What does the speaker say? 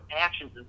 actions